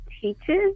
teaches